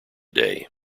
day